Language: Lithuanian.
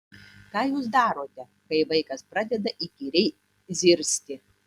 ką jūs darote kai vaikas pradeda įkyriai zirzti